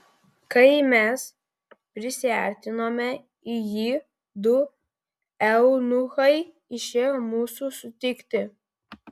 kai mes prisiartinome į jį du eunuchai išėjo mūsų sutikti